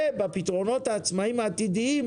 ובפתרונות העצמאיים העתידיים,